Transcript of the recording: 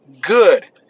good